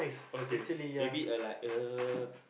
okay maybe uh like uh